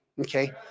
Okay